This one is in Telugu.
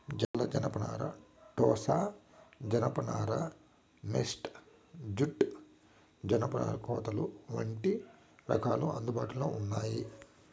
తెల్ల జనపనార, టోసా జానప నార, మేస్టా జూట్, జనపనార కోతలు వంటి రకాలు అందుబాటులో ఉన్నాయి